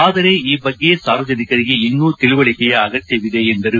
ಆದರೆ ಈ ಬಗ್ಗೆ ಸಾರ್ವಜನಿಕರಿಗೆ ಇನ್ನೂ ತಿಳುವಳಿಕೆಯ ಅಗತ್ಸವಿದೆ ಎಂದರು